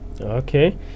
Okay